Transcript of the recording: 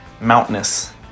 mountainous